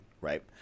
right